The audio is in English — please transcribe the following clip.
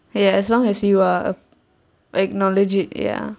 ya as long as you are acknowledge it ya